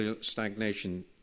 stagnation